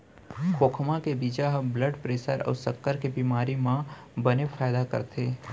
खोखमा के बीजा ह ब्लड प्रेसर अउ सक्कर के बेमारी म बने फायदा करथे